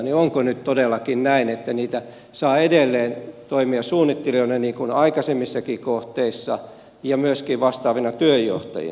onko nyt todellakin näin että niitä saa edelleen toimia suunnittelijoina niin kuin aikaisemmissakin kohteissa ja myös vastaavina työnjohtajina